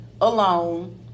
alone